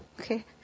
okay